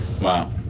Wow